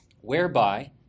whereby